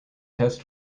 test